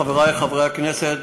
חברי חברי הכנסת,